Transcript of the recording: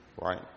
right